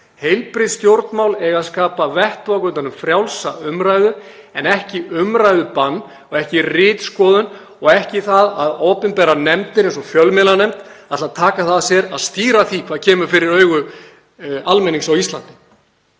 Heilbrigð stjórnmál eiga að skapa vettvang utan um frjálsa umræðu en ekki umræðubann og ekki ritskoðun og ekki það að opinberar nefndir eins og fjölmiðlanefnd ætli að taka það að sér að stýra því hvað kemur fyrir augu almennings á Íslandi.